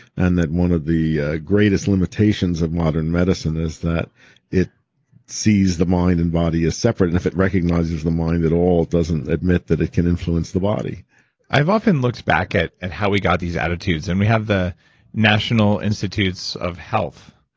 and that one of the greatest limitations of modern medicine is that it sees the mind and body as separate. and if it recognizes the mind at all, it doesn't admit that it can influence the body i've often looked back at at how we got these attitudes, and we have the national institutes of health.